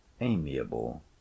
amiable